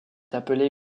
appelé